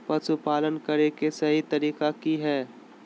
पशुपालन करें के सही तरीका की हय?